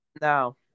Now